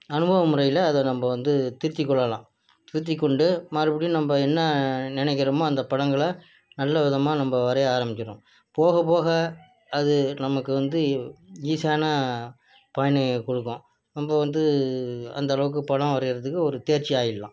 அனுபவ முறையில் அதை நம்ம வந்து திருத்தி கொள்ளலாம் திருத்தி கொண்டு மறுபடியும் நம்ம என்ன நினைக்கிறோமோ அந்த படங்களை நல்ல விதமாக நம்ம வரைய ஆரம்பிக்கணும் போக போக அது நமக்கு வந்து ஈஸியான கொடுக்கும் நம்ம வந்து அந்த அளவுக்கு படம் வரைகிறத்துக்கு ஒரு தேர்ச்சி ஆயிடலாம்